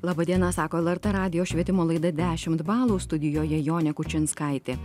laba diena sako lrt radijo švietimo laida dešimt balų studijoje jonė kučinskaitė